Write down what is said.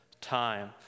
time